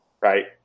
Right